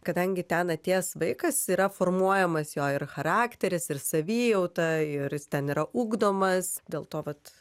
kadangi ten atėjęs vaikas yra formuojamas jo ir charakteris ir savijauta ir jis ten yra ugdomas dėl to vat